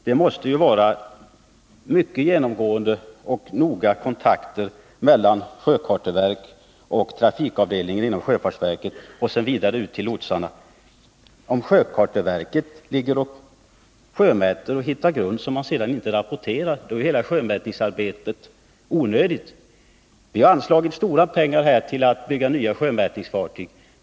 Det måste genomgående vara mycket noggranna kontakter mellan sjökarteavdelningen och trafikavdelningen inom sjöfartsverket och vidare ut till lotsarna. Om man från sjökarteavdelningen ligger och sjömäter och hittar grund men inte rapporterar dem, är hela sjömätningsarbetet onödigt. Riksdagen har anslagit stora pengar till att bygga nya sjömätningsfartyg.